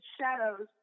shadows